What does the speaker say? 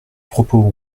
propos